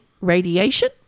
radiation